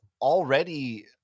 already